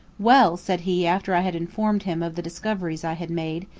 well, said he after i had informed him of the discoveries i had made,